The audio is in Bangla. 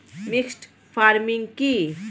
মিক্সড ফার্মিং কি?